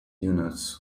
units